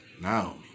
Now